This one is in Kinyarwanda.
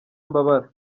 mbabara